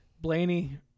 Blaney